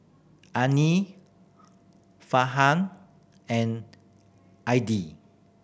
Farhan and Aidil